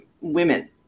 women